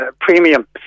premium